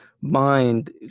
mind